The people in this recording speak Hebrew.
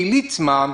כי הרב ליצמן,